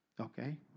Okay